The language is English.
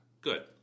Good